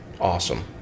awesome